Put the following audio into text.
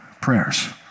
prayers